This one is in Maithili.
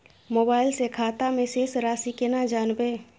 मोबाइल से खाता में शेस राशि केना जानबे?